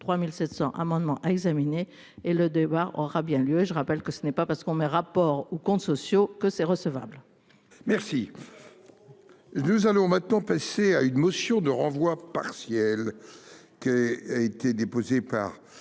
3700 amendements à examiner. Et le débat aura bien lieu. Je rappelle que ce n'est pas parce qu'on met un rapport ou comptes sociaux que c'est recevable. Merci. Nous allons maintenant passer à une motion de renvoi partiel que a été déposée par.